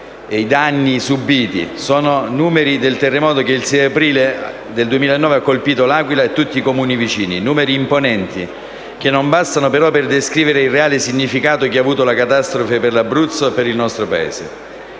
i danni subiti. Sono i numeri del terremoto che il 6 aprile del 2009 ha colpito l'Aquila e i comuni vicini. Numeri imponenti, che non bastano però per descrivere il reale significato che ha avuto la catastrofe per l'Abruzzo e per il nostro Paese.